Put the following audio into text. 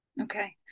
Okay